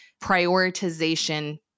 prioritization